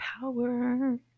power